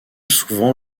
souvent